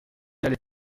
allez